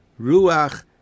ruach